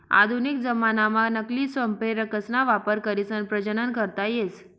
आधुनिक जमानाम्हा नकली संप्रेरकसना वापर करीसन प्रजनन करता येस